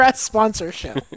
sponsorship